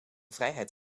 vrijheid